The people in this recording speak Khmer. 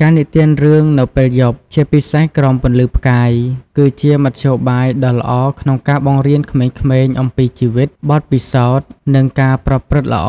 ការនិទានរឿងនៅពេលយប់ ជាពិសេសក្រោមពន្លឺផ្កាយ គឺជាមធ្យោបាយដ៏ល្អក្នុងការបង្រៀនក្មេងៗអំពីជីវិត បទពិសោធន៍ និងការប្រព្រឹត្តល្អ